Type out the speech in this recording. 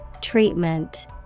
Treatment